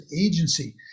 agency